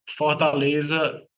Fortaleza